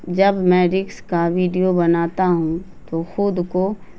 جب میں رسک کا ویڈیو بناتا ہوں تو خود کو